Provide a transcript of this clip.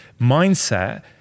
mindset